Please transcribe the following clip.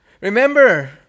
Remember